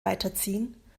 weiterziehen